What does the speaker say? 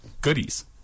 goodies